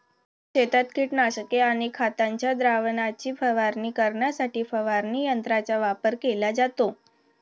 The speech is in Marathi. शेतात कीटकनाशके आणि खतांच्या द्रावणाची फवारणी करण्यासाठी फवारणी यंत्रांचा वापर केला जातो